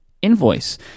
Invoice